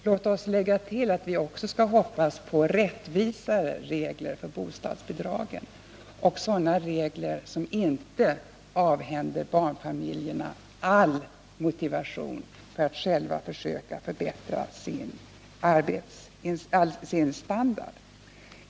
Låt oss lägga till att vi också skall hoppas på rättvisare regler för bostadsbidragen och sådana regler som inte avhänder barnfamiljerna all möjlighet att själva förbättra sin standard.